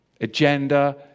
agenda